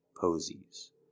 posies